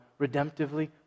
redemptively